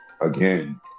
again